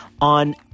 on